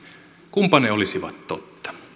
kunpa ne olisivat totta